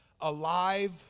Alive